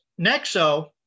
nexo